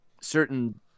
certain